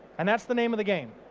and that's the name of the game.